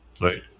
Right